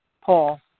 Paul